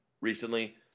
recently